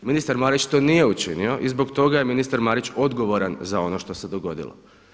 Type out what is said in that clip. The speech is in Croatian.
Ministar Marić to nije učinio i zbog toga je ministar Marić odgovoran za ono što se dogodilo.